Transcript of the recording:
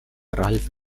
ralf